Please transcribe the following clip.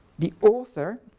the author,